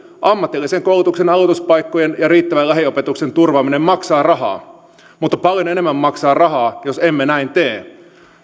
ammatillisen koulutuksen aloituspaikkojen ja riittävän lähiopetuksen turvaaminen maksaa rahaa mutta paljon enemmän maksaa rahaa jos emme näin tee